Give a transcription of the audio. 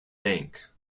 bank